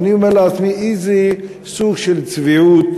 ואני אומר לעצמי, איזה סוג של צביעות,